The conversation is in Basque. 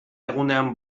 egunean